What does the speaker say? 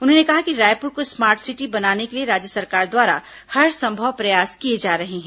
उन्होंने कहा कि रायपुर को स्मार्ट सिटी बनाने के लिए राज्य सरकार द्वारा हरसंभव प्रयास किए जा रहे हैं